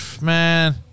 man